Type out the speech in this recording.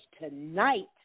tonight